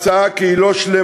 להצעה, כי היא לא שלמה,